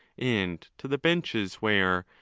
and to the benches, where,